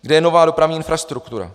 Kde je nová dopravní infrastruktura?